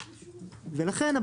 ולכן,